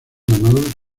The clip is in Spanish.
llamados